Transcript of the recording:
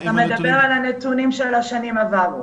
אתה מדבר על הנתונים של שנים עברו.